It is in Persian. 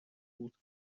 بود